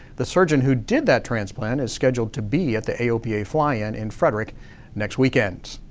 the surgeon who did that transplant is scheduled to be at the aopa fly-in, in frederick next weekend.